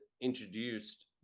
introduced